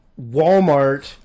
Walmart